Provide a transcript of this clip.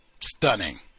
Stunning